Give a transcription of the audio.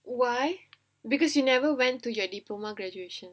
why because you never went to your diploma graduation